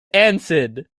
answered